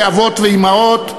אבות ואימהות,